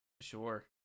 Sure